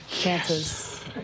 chances